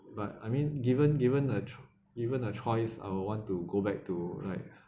but I mean given given a ch~ given a choice I would want to go back to like